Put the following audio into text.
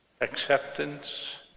acceptance